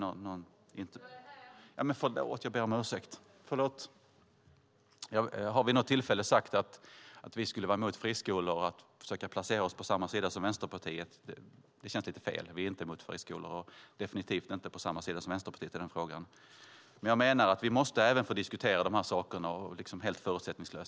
: Jo, jag är här!) Förlåt! Jag ber om ursäkt. Förlåt. Ordföranden har vid något tillfälle sagt att vi skulle vara emot friskolor och därmed försökt placera oss på samma sida som Vänsterpartiet. Det känns lite fel. Vi är inte mot friskolor, och vi är definitivt inte på samma sida som Vänsterpartiet i frågan. Men jag menar att vi måste få diskutera sakerna helt förutsättningslöst.